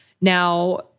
Now